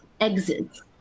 Exits